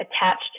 attached